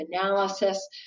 analysis